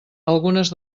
algunes